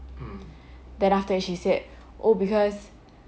then after that she said oh because